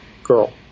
Girl